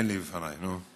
אין לי בפניי, נו.